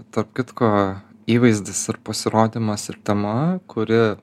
tarp kitko įvaizdis ir pasirodymas ir tema kuri